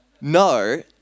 No